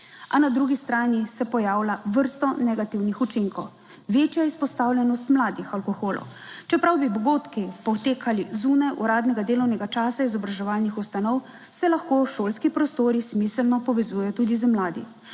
A na drugi strani se pojavlja vrsto negativnih učinkov: večja izpostavljenost mladih alkoholu. Čeprav bi dogodki potekali zunaj uradnega delovnega časa izobraževalnih ustanov, se lahko šolski prostori smiselno povezujejo tudi z mladimi.